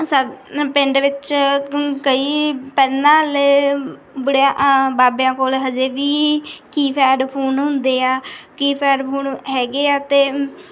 ਸਾਡ ਨ ਪਿੰਡ ਵਿੱਚ ਗਮ ਕਈ ਪੈਨਾਲੇ ਬੁੜਿਆ ਬਾਬਿਆਂ ਕੋਲ ਹਜੇ ਵੀ ਕੀਪੈਡ ਫੋਨ ਹੁੰਦੇ ਆ ਕੀਪੈਡ ਫੋਨ ਹੈਗੇ ਆ ਅਤੇ